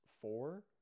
four